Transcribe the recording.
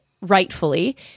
rightfully